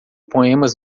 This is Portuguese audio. poemas